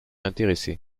intéresser